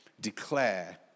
declare